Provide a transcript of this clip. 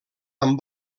amb